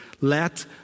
Let